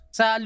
sa